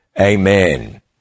Amen